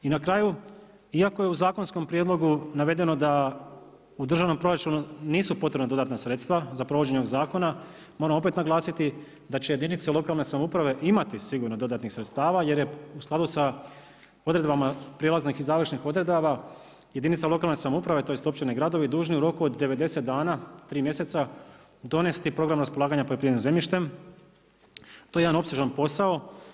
I na kraju iako je u zakonskom prijedlogu navedeno da u državnom proračunu nisu potrebna dodatna sredstva za provođenje ovog zakona moram opet naglasiti da će jedinice lokalne samouprave imati sigurno dodatnih sredstava jer je u skladu sa odredbama prijelaznih i završnih odredaba, jedinice lokalne samouprave tj. općine i gradovi dužni u roku od 90 dana, 3 mjeseca donesti program raspolaganja poljoprivrednim zemljištem, to je jedan opsežan posao.